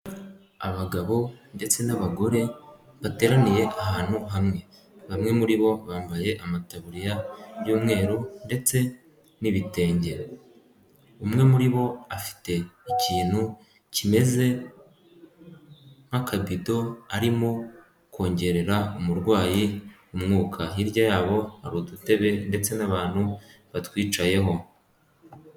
Abagabo ndetse n'abagore bateraniye ahantu hamwe, bamwe muri bo bambaye amataburiya y'umweru ndetse n'ibitenge, umwe muri bo afite ikintu kimeze nk'akabido arimo kongerera umurwayi umwuka, hirya yabo hari udutebe ndetse n'abantu batwicayeho.